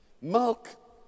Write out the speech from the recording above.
Milk